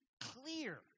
clear